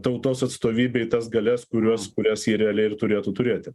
tautos atstovybei tas galias kurios kurias ji realiai ir turėtų turėti